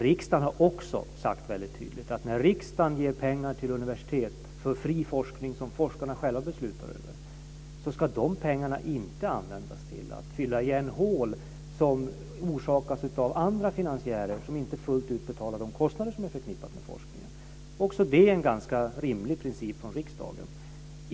Riksdagen har också sagt väldigt tydligt att när riksdagen ger pengar till universitet för fri forskning som forskarna själva beslutar över ska de pengarna inte användas till att fylla igen hål som orsakas av andra finansiärer, som inte fullt ut betalar de kostnader som är förknippade med forskningen. Också det är en ganska rimlig princip från riksdagen.